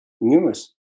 numerous